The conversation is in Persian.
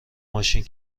ماشین